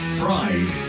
pride